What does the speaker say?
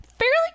fairly